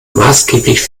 maßgeblich